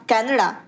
Canada